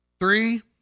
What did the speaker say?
Three